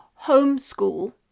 homeschool